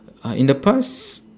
uh in the past